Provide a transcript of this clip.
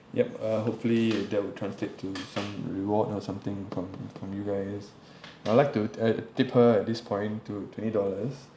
yup uh hopefully that will translate to some reward or something from from you guys I'd like to uh tip her at this point to twenty dollars